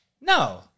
No